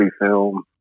film